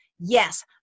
Yes